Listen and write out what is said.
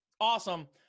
Awesome